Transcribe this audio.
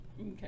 okay